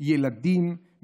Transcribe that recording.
ילדים,